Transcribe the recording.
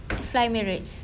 fly emirates